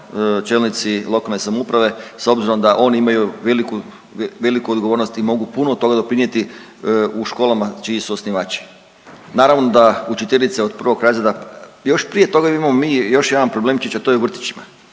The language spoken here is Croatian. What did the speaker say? čelnici lokalne samouprave s obzirom da oni imaju veliku odgovornost i mogu puno toga doprinijeti u školama čiji su osnivači. Naravno da učiteljice od 1. razreda, još prije toga imamo mi još jedan problemčić, a to je u vrtićima,